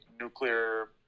nuclear